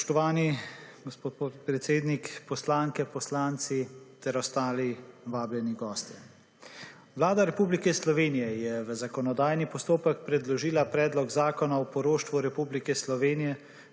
gospod podpredsednik, poslanke, poslanci ter ostali vabljeni gostje! Vlada Republike Slovenije je v zakonodajni postopek predložila predlog zakona o poroštvu Republike Slovenije